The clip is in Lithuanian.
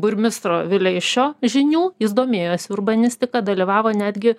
burmistro vileišio žinių jis domėjosi urbanistika dalyvavo netgi